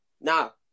Now